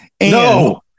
no